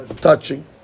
touching